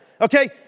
Okay